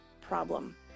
problem